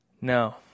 No